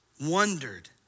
wondered